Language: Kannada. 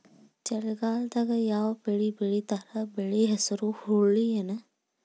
ಚಳಿಗಾಲದಾಗ್ ಯಾವ್ ಬೆಳಿ ಬೆಳಿತಾರ, ಬೆಳಿ ಹೆಸರು ಹುರುಳಿ ಏನ್?